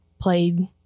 played